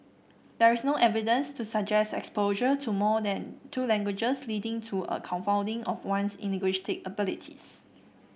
there is no evidence to suggest exposure to more than two languages leading to a confounding of one's linguistic abilities